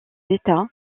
états